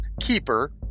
Keeper